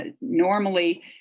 Normally